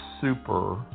super